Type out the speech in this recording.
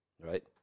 Right